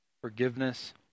forgiveness